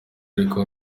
ariko